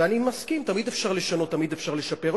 ואני מסכים, תמיד אפשר לשנות, תמיד אפשר לשפר.